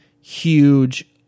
Huge